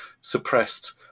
suppressed